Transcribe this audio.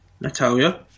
Natalia